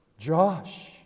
Josh